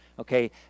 Okay